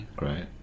Right